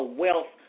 wealth